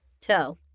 Toe